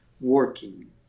working